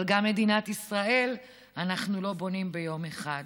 אבל גם את מדינת ישראל אנחנו לא בונים ביום אחד.